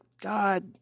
God